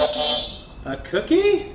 a cookie?